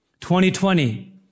2020